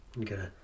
Okay